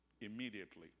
immediately